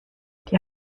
die